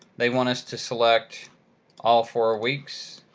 they want us to select all four weeks.